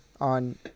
on